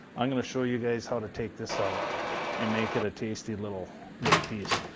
i'm going to show you guys how to take this out and make it a tasty little little piece.